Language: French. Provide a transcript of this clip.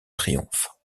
triomphe